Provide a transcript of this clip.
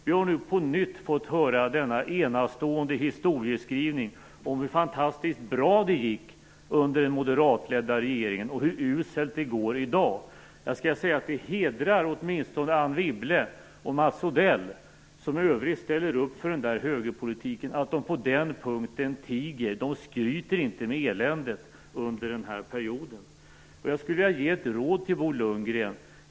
Vi har nu på nytt fått höra denna enastående historieskrivning om hur fantastiskt bra det gick under den moderatledda regeringen och hur uselt det går i dag. Det hedrar åtminstone Anne Wibble och Mats Odell, som i övrigt ställer upp för den där högerpolitiken, att de på den punkten tiger. De skryter inte med eländet som rådde under den perioden. Jag vill ge ett råd till Bo Lundgren.